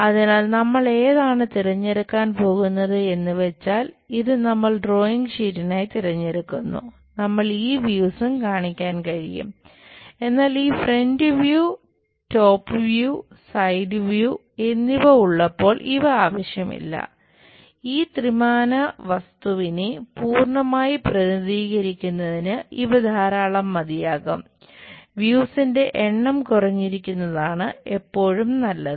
അതിനാൽ നമ്മൾ ഈ വ്യൂ എണ്ണം കുറഞ്ഞിരിക്കുന്നതാണ് എപ്പോഴും നല്ലത്